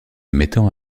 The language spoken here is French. mettant